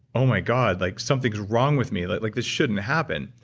oh, my god, like something's wrong with me. like like this shouldn't happen.